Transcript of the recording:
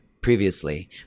previously